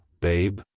babe